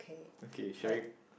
okay shall we